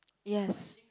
yes